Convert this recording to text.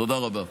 תודה רבה.